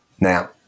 now